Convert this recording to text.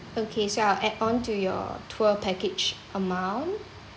okay so I'll add on to your tour package amount